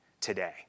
today